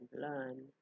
learn